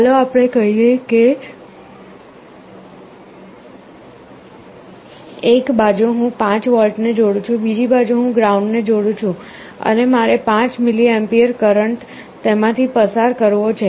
ચાલો આપણે કહીએ કે એક બાજુ હું 5 વોલ્ટ ને જોડું છું બીજી બાજુ હું ગ્રાઉન્ડ ને જોડું છું અને મારે 5mA કરંટ તેમાંથી પસાર કરવો છે